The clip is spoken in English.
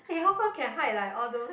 eh how come can hide like all those